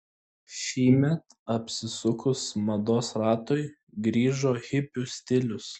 šįmet apsisukus mados ratui grįžo hipių stilius